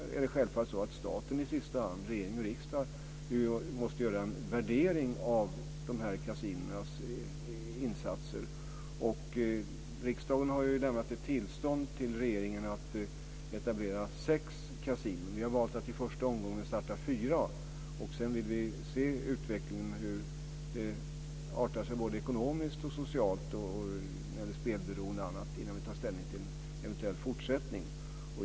Självfallet måste staten, och slutligen regering och riksdag, göra en värdering av dessa kasinons insatser. Riksdagen har lämnat ett tillstånd till regeringen att etablera sex kasinon. Vi har valt att i första omgången starta fyra. Vi vill se hur utvecklingen artar sig både ekonomiskt och socialt när det gäller spelberoende och annat innan vi tar ställning till en eventuell fortsättning.